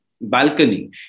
balcony